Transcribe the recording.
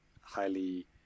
highly